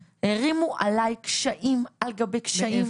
הערימו עליי קשיים על גבי קשיים על גבי קשיים.